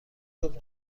صبح